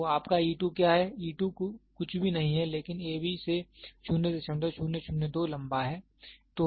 तो आपका e2 क्या है e 2 कुछ भी नहीं है लेकिन a b से 0002 लंबा है